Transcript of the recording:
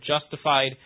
justified